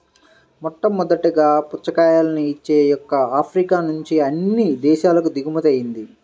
మొట్టమొదటగా పుచ్చకాయలను ఇచ్చే మొక్క ఆఫ్రికా నుంచి అన్ని దేశాలకు దిగుమతి అయ్యింది